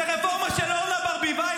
זו רפורמה של אורנה ברביבאי.